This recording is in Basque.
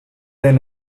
den